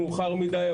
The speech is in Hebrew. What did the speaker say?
מאוחר מדי,